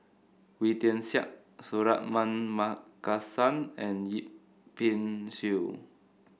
Wee Tian Siak Suratman Markasan and Yip Pin Xiu